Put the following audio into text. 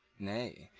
nay,